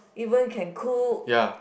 even can cook